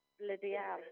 Lydia